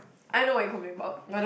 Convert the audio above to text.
I know what you complain about